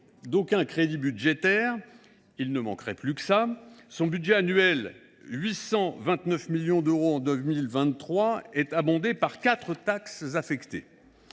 d’aucun crédit budgétaire ; il ne manquerait plus que ça ! Son budget annuel – 829 millions d’euros en 2023 – est abondé par quatre taxes affectées,